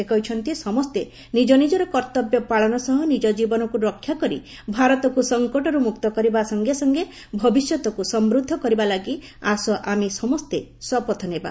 ସେ କହିଛନ୍ତି ସମସ୍ତେ ନିଜନିଜର କର୍ଭବ୍ୟ ପାଳନ ସହ ନିଜ ଜୀବନକୁ ରକ୍ଷା କରି ଭାରତକୁ ସଙ୍କଟରୁ ମୁକ୍ତ କରିବା ସଙ୍ଗେ ସଙ୍ଗେ ଭବିଷ୍ୟତକୁ ସମୃଦ୍ଧ କରିବା ଲାଗି ଆସ ଆମେ ସମସ୍ତେ ଶପଥ ନେବା